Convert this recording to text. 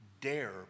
dare